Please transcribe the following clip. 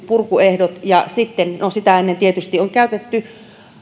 purkuehdot ja sitä ennen tietysti on käytetty